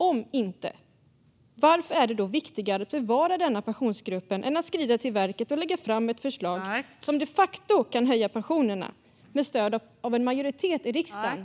Om inte - varför är det då viktigare att bevara denna pensionsgrupp än att skrida till verket och lägga fram ett förslag som de facto kan höja pensionerna med stöd av en majoritet i riksdagen?